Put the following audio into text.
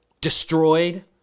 destroyed